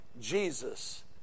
Jesus